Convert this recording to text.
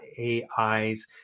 AI's